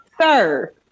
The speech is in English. Sir